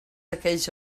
aquells